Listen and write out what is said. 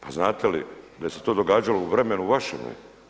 Pa znate li da se to događalo u vremenu vašeme?